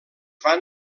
van